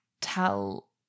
tell